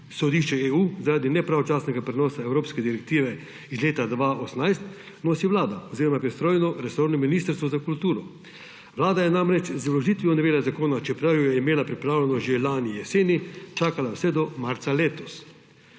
sodišče EU zaradi nepravočasnega prenosa evropske direktive iz leta 2018, nosi Vlada oziroma pristojno resorno Ministrstvo za kulturo. Vlada je namreč z vložitvijo novele zakona, čeprav jo je imela pripravljeno že lani jeseni, čakala vse do marca letos.